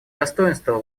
достоинства